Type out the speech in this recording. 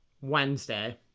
Wednesday